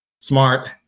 smart